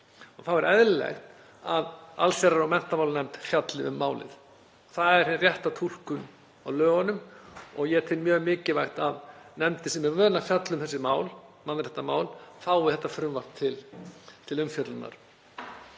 Þá er eðlilegt að allsherjar- og menntamálanefnd fjalli um málið. Það er hin rétta túlkun á lögunum og ég tel mjög mikilvægt að nefndin sem er vön að fjalla um þessi mál, mannréttindamál, fái þetta frumvarp til umfjöllunar.